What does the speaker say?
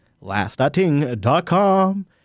Last.ting.com